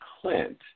Clint